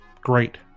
great